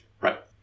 Right